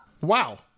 Wow